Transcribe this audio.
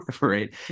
right